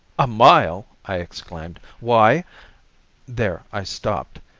a mile! i exclaimed. why there i stopped.